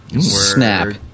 Snap